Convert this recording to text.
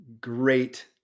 great